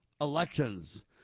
elections